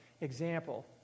example